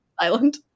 silent